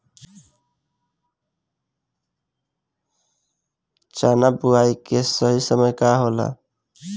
चना बुआई के सही समय का होला?